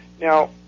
Now